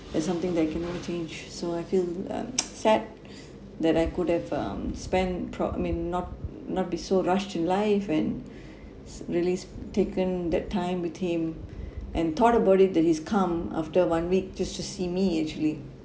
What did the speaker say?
that's something that I cannot change so I feel um sad that I could have um spend prob~ I mean not not be so rushed in life and really sp~ taken that time with him and thought about it that he's come after one week just to see me actually